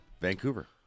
Vancouver